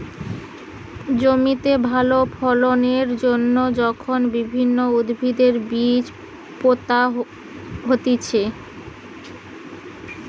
জমিতে ভালো ফলন এর জন্যে যখন বিভিন্ন উদ্ভিদের বীজ পোতা হতিছে